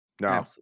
no